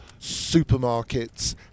supermarkets